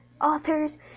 authors